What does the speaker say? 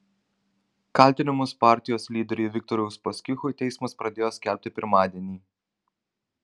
kaltinimus partijos lyderiui viktorui uspaskichui teismas pradėjo skelbti pirmadienį